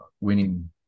winning